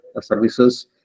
services